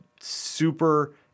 super